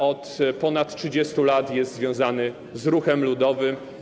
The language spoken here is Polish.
Od ponad 30 lat jest związany z ruchem ludowym.